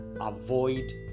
avoid